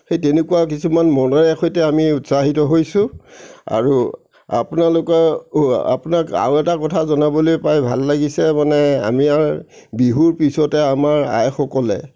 সেই তেনেকুৱা কিছুমান মনেৰে সৈতে আমি উৎসাহিত হৈছোঁ আৰু আপোনালোকেও আপোনাক আৰু এটা কথা জনাবলৈ পাই ভাল লাগিছে মানে আমাৰ বিহুৰ পিছতে আমাৰ আইসকলে